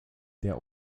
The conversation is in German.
der